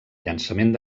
llançament